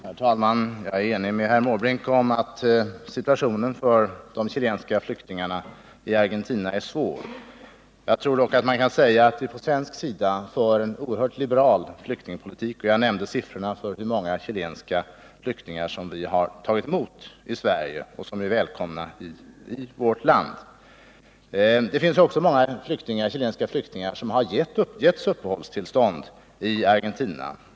Herr talman! Jag är ense med herr Måbrink om att situationen för de chilenska flyktingarna i Argentina är svår. Jag tror mig dock kunna påstå att vi på svenskt håll för en oerhört liberal flyktingpolitik. Jag nämnde siffrorna över hur många chilenska flyktingar som vi har tagit emot i Sverige och som är välkomna i vårt land. Det finns också många chilenska flyktingar som har beviljats uppehållstillstånd i Argentina.